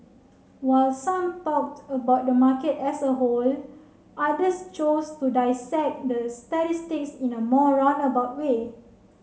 while some talked about the market as a whole others chose to dissect the statistics in a more roundabout way